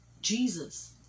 jesus